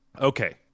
Okay